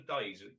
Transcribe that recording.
days